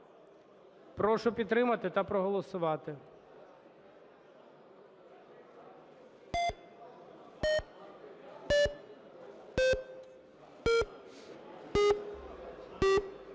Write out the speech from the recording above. Прошу підтримати та проголосувати.